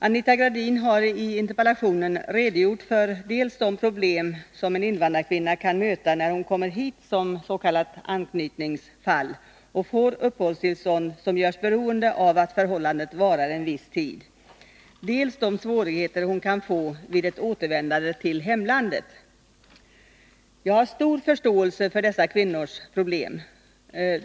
Anita Gradin har i interpellationen redogjort för dels de problem en invandrarkvinna kan möta när hon kommer hit som s.k. anknytningsfall och får uppehållstillstånd som görs beroende av att förhållandet varar en viss tid, dels de svårigheter hon kan få vid ett återvändande till hemlandet. Jag har stor förståelse för dessa kvinnors problem.